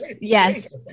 Yes